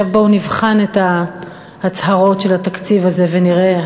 עכשיו בואו נבחן את ההצהרות של התקציב הזה ונראה,